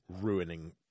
ruining